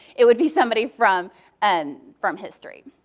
it would be somebody from and from history.